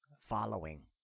following